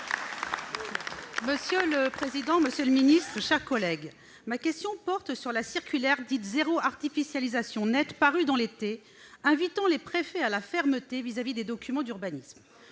Monsieur le président, monsieur le ministre, mes chers collègues, ma question porte sur la circulaire dite « zéro artificialisation nette », parue dans l'été, invitant les préfets à la fermeté à l'égard des documents d'urbanisme.